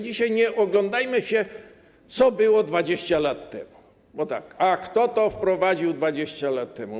Dzisiaj nie oglądajmy się, co było 20 lat temu ani kto to wprowadził 20 lat temu.